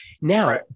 Now